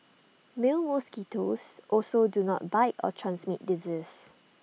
male mosquitoes also do not bite or transmit disease